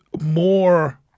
more